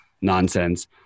nonsense